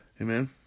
amen